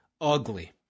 ugly